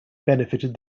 benefited